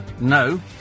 No